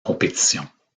compétitions